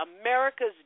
America's